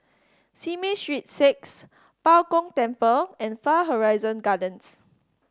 Simei Street Six Bao Gong Temple and Far Horizon Gardens